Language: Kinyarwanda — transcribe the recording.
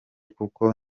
kuko